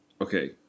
Okay